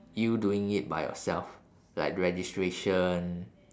you doing it by yourself like registration